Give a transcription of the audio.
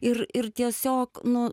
ir ir tiesiog nu